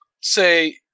Say